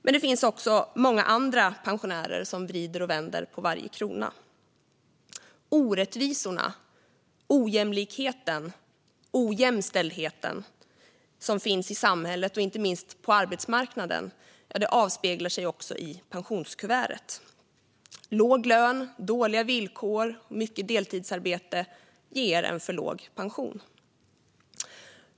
Men det finns många andra pensionärer som vrider och vänder på varje krona. Orättvisorna, ojämlikheten och ojämställdheten som finns i samhället och inte minst på arbetsmarknaden avspeglar sig också i pensionskuvertet. Låg lön, dåliga villkor och mycket deltidsarbete ger en för låg pension.